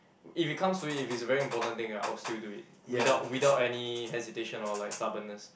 if it comes to it if it is a very important thing right I will still do it without without any hesitation or like stubbornness